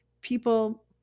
people